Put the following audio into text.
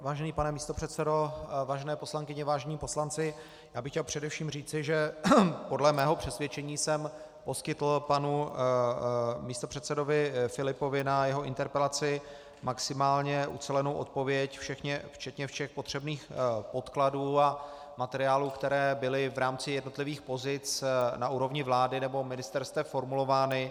Vážený pane místopředsedo, vážené poslankyně, vážení poslanci, já bych chtěl především říci, že podle svého přesvědčení jsem poskytl panu místopředsedovi Filipovi na jeho interpelaci maximálně ucelenou odpověď, včetně všech potřebných podkladů a materiálů, které byly v rámci jednotlivých pozic na úrovni vlády nebo ministerstev formulovány.